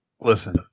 Listen